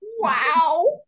Wow